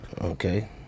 Okay